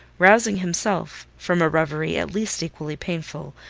rousing himself from a reverie at least equally painful,